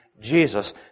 Jesus